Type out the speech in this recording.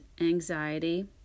anxiety